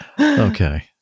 Okay